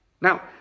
Now